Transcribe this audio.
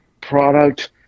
product